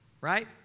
Right